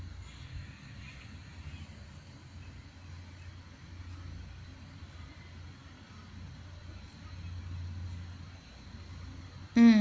mm